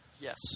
Yes